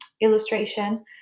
illustration